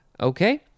Okay